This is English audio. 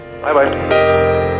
Bye-bye